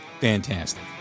fantastic